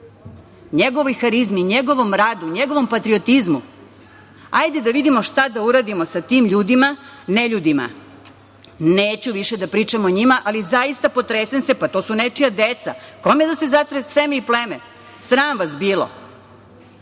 njegovoj harizmi, njegovom radu, njegovom patriotizmu. Hajde da vidimo šta da uradimo sa tim ljudima, neljudima. Neću više da pričam o njima, ali zaista potresem se, pa to su nečija deca. Kome da se zatre seme i pleme? Sram vas bilo!